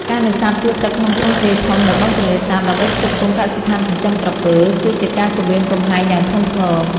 ការនេសាទពស់ទឹកក្នុងទ្រង់ទ្រាយធំនៅបឹងទន្លេសាប ដើម្បីផ្គត់ផ្គង់កសិដ្ឋានចិញ្ចឹមក្រពើ គឺជាការគំរាមកំហែងយ៉ាងធ្ងន់ធ្ងរ។